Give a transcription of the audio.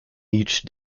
each